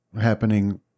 happening